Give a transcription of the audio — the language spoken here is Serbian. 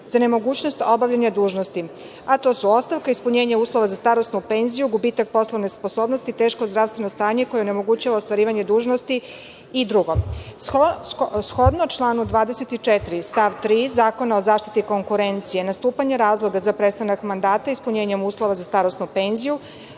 za nemogućnost obavljanja dužnosti, a to su ostavka, ispunjenje uslova za starosnu penziju, gubitak poslovne sposobnosti, teško zdravstveno stanje koje onemogućava ostvarivanje dužnosti i drugo. Shodno članu 24. stav 3. Zakona o zaštiti konkurencije nastupanje razloga za prestanak mandata ispunjenjem uslova za starosnu penziju,